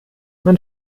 man